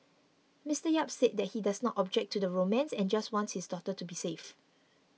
Mister Yap said that he does not object to the romance and just wants his daughter to be safe